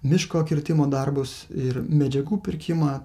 miško kirtimo darbus ir medžiagų pirkimą